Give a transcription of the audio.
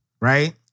right